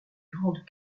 grandes